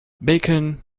bacon